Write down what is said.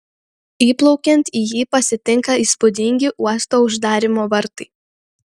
įplaukiant į jį pasitinka įspūdingi uosto uždarymo vartai